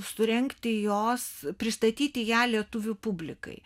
surengti jos pristatyti ją lietuvių publikai